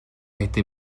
été